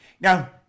Now